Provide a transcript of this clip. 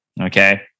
okay